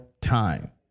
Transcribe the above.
time